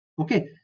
Okay